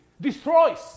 destroys